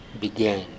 began